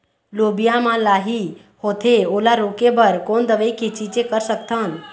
लोबिया मा लाही होथे ओला रोके बर कोन दवई के छीचें कर सकथन?